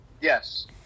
Yes